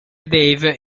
dave